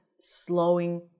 slowing